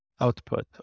output